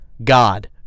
God